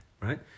right